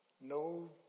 no